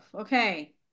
Okay